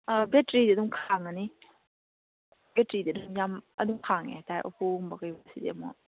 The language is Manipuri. ꯑꯥ ꯕꯦꯠꯇꯔꯤꯗꯤ ꯑꯗꯨꯝ ꯈꯥꯡꯒꯅꯤ ꯕꯦꯠꯇꯔꯤꯗꯤ ꯌꯥꯝ ꯑꯗꯨꯝ ꯈꯥꯡꯉꯦ ꯍꯥꯏꯇꯥꯔꯦ ꯑꯣꯞꯄꯣꯒꯨꯝꯕ ꯀꯩꯒꯨꯝꯕꯁꯤꯗꯤ ꯑꯃꯨꯛ